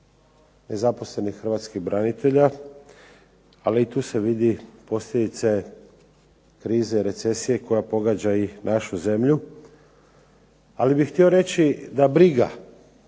nezaposlenih hrvatskih branitelja, ali i tu se vide posljedice krize, recesije koja pogađa i našu zemlju. Ali bih htio reći da briga,